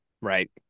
right